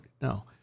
no